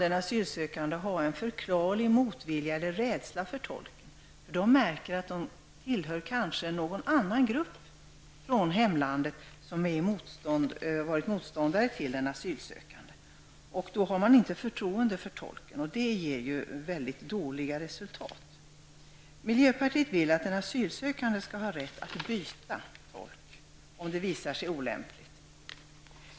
Den asylsökande kan ha en förklarlig motvilja mot eller rädsla för tolken. Denne tillhör kanske en grupp i hemlandet som varit motståndare till den asylsökande. Då har den asylsökande inte förtroende för tolken, och det ger väldigt dåliga resultat. Miljöpartiet vill att den asylsökande skall ha rätt att byta tolk, om den som utsetts visat sig olämplig.